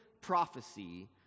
prophecy